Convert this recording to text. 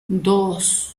dos